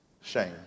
Shame